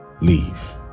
leave